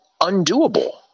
undoable